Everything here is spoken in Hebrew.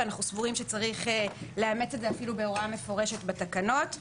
ואנחנו חושבים שצריך לאמץ את זה בהוראה מפורשת בתקנות.